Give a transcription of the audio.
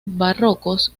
barrocos